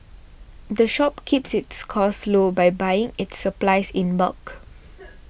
the shop keeps its costs low by buying its supplies in bulk